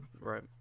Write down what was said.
Right